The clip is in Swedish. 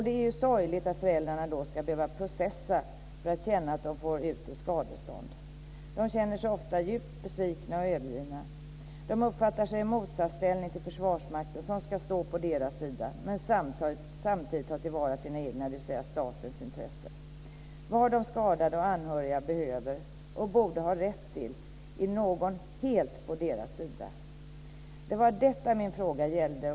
Det är sorgligt att föräldrarna då ska behöva processa för att få ut skadestånd. De känner sig ofta djupt besvikna och övergivna. De uppfattar sig i motsatsställning till Försvarsmakten, som ska stå på deras sida men samtidigt ta till vara sina egna, dvs. statens intressen. Vad de skadade och deras anhöriga behöver och borde ha rätt till är någon helt på deras sida. Det var detta min fråga gällde.